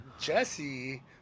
Jesse